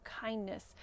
kindness